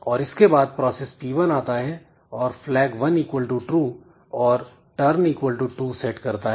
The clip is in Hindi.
और इसके बाद प्रोसेस P1 आता है और flag1 TRUE और turn2 सेट करता है